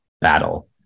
battle